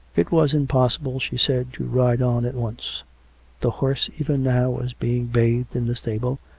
it was impossible, she said, to ride on at once the horse even now was being bathed in the stable,